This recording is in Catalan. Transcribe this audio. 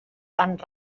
tant